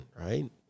right